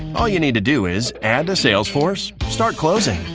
all you need to do is add to salesforce. start closing.